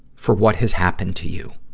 for what has happened to you.